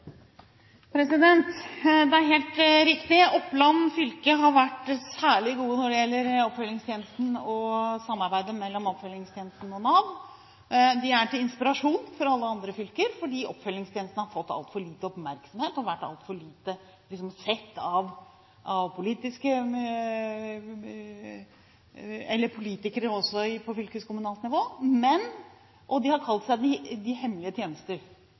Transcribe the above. helt riktig at Oppland fylke har vært særlig god når det gjelder oppfølgingstjenesten og samarbeidet mellom oppfølgingstjenesten og Nav. De er til inspirasjon for alle andre fylker, fordi oppfølgingstjenesten har fått altfor liten oppmerksomhet og vært altfor lite sett av politikere også på fylkeskommunalt nivå. De har kalt seg de hemmelige tjenester. Nå er de ikke hemmelige